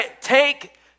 Take